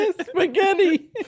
spaghetti